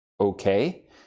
Okay